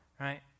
right